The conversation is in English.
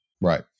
right